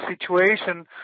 situation